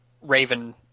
Raven